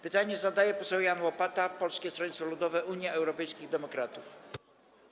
Pytanie zadaje poseł Jan Łopata, Polskie Stronnictwo Ludowe - Unia Europejskich Demokratów.